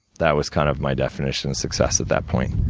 that was kind of my definition of success at that point.